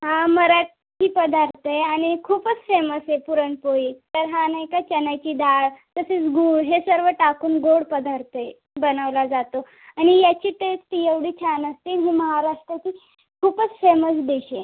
हा मराठी पदार्थ आहे आणि खूपच फेमस आहे पुरणपोळी तर हा नाही का चण्याची डाळ तसेच गूळ हे सर्व टाकून गोड पदार्थ आहे बनवला जातो आणि याची टेस्ट एवढी छान असते ही महाराष्ट्राची खूपच फेमस डिश आहे